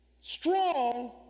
strong